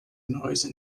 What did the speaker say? noise